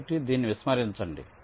కాబట్టి దీనిని విస్మరించండి